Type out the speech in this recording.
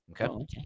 okay